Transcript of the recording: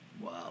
Wow